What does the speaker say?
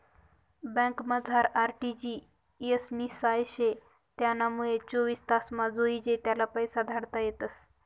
बँकमझार आर.टी.जी.एस नी सोय शे त्यानामुये चोवीस तासमा जोइजे त्याले पैसा धाडता येतस